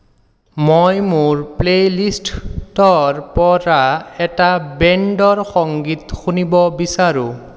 মই মোৰ প্লে'লিষ্টৰ পৰা এটা বেণ্ডৰ সংগীত শুনিব বিচাৰোঁ